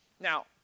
Now